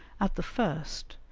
at the first,